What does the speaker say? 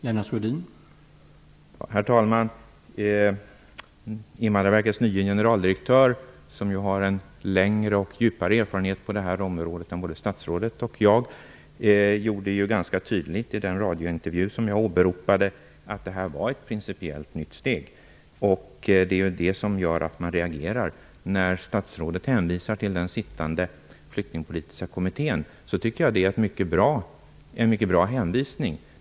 Herr talman! Invandrarverkets nye generaldirektör som har en längre och djupare erfarenhet på det här området än både statsrådet och jag gjorde ganska tydligt i den radiointervju som jag åberopade att detta var ett principiellt nytt steg. Det är det som gör att man reagerar. När statsrådet hänvisar till den sittande flyktingpolitiska kommittén tycker jag att det är en mycket bra hänvisning.